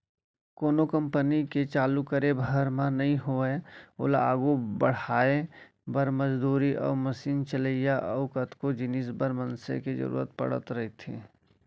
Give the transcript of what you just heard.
कोनो कंपनी के चालू करे भर म नइ होवय ओला आघू बड़हाय बर, मजदूरी अउ मसीन चलइया अउ कतको जिनिस बर मनसे के जरुरत पड़त रहिथे